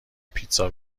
پیتزا